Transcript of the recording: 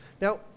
Now